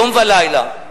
יום ולילה,